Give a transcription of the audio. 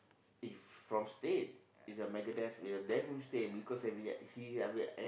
if from State is a Megadeath because